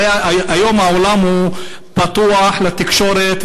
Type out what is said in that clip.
הרי היום העולם פתוח לתקשורת,